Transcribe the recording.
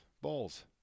balls